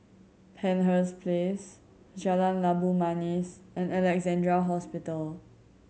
Penshurst Place Jalan Labu Manis and Alexandra Hospital